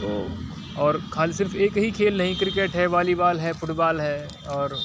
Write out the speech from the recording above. तो और खाली सिर्फ एक ही खेल नहीं क्रिकेट है वॉलीवाॅल है फुटबॉल है और